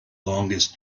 longest